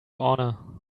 honor